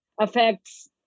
affects